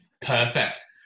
perfect